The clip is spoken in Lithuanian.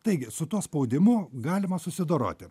taigi su tuo spaudimu galima susidoroti